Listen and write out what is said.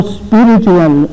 spiritual